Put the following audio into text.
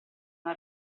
una